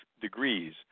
degrees